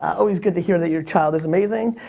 always good to hear that your child is amazing.